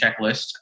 checklist